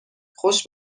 خوش